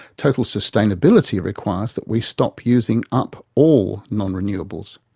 total sustainability requires that we stop using up all non-renewables.